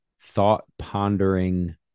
thought-pondering